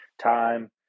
time